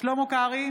שלמה קרעי